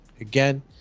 again